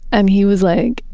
and he was like,